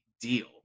deal